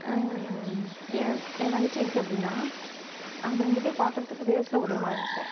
என் என் தங்கச்சி இருக்குது அப்படின்னா நாங்கள் ரெண்டு பேரும் பார்க்குறதுக்கு ஃபேஸில் ஒரே மாதிரி இருப்போம்